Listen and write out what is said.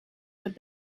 with